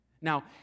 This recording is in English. Now